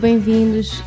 Bem-vindos